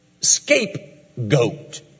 scapegoat